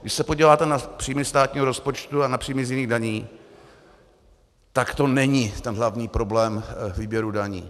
Když se podíváte na příjmy státního rozpočtu a na příjmy z jiných daní, tak to není ten hlavní problém výběru daní.